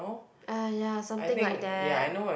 ah ya something like that